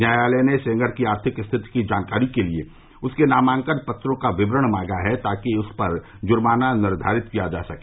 न्यायालय ने सेंगर की आर्थिक स्थिति की जानकारी के लिए उसके नामांकन पत्रों का विवरण मांगा है ताकि उस पर जुर्मना निर्धारित किया जा सके